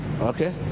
okay